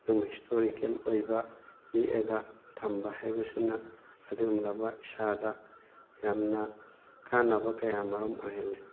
ꯑꯗꯨꯒꯨꯝꯕ ꯍꯤꯁꯇꯣꯔꯤꯀꯦꯜ ꯑꯣꯏꯕ ꯌꯦꯛꯑꯒ ꯊꯝꯕ ꯍꯥꯏꯕꯁꯤꯅ ꯑꯗꯨꯒꯨꯝꯂꯕ ꯏꯁꯥꯗ ꯌꯥꯝꯅ ꯀꯥꯟꯅꯕ ꯀꯌꯥ ꯃꯔꯨꯝ ꯑꯣꯏꯍꯜꯂꯤ